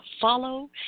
follow